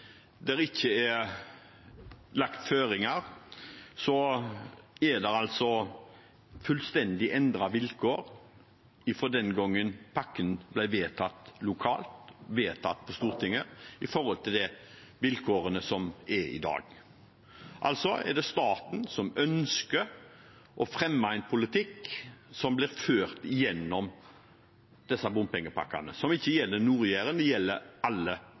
ikke er lagt føringer, er det fullstendig endrede vilkår fra den gang pakken ble vedtatt lokalt og vedtatt på Stortinget, og til de vilkårene som er i dag. Det er altså staten som ønsker å fremme en politikk som blir ført gjennom disse bompengepakkene, som ikke gjelder Nord-Jæren, det gjelder alle